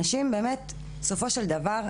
אנשים, באמת, בסופו של דבר,